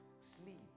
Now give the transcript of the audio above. Sleep